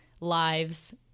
lives